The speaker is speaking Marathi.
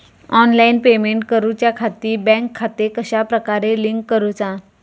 ऑनलाइन पेमेंट करुच्याखाती बँक खाते कश्या प्रकारे लिंक करुचा?